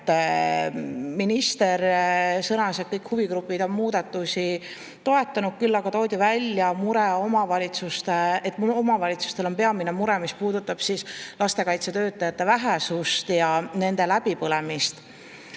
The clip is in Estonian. Minister sõnas, et kõik huvigrupid on muudatusi toetanud, küll aga toodi välja, et omavalitsustel on suur mure, mis puudutab lastekaitsetöötajate vähesust ja nende läbipõlemist.